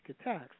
attacks